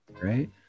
right